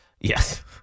Yes